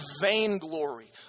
vainglory